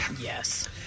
Yes